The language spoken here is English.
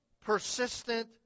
persistent